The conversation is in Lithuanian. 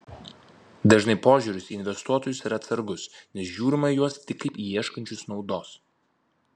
dažnai požiūris į investuotojus yra atsargus nes žiūrima į juos tik kaip į ieškančius naudos